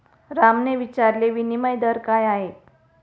रामने विचारले, विनिमय दर काय आहे?